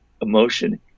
emotion